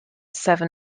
silver